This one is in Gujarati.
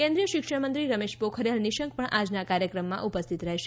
કેન્દ્રિય શિક્ષણમંત્રી રમેશ પોખરીયાલ નિશંક પણ આજના કાર્યક્રમમાં ઉપસ્થિત રહેશે